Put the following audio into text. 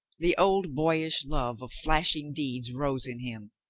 the old boyish love of flashing deeds rose in him.